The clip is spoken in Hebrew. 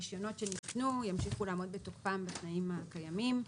רישיונות שניתנו ימשיכו לעמוד בתוקפם בתנאים הקיימים.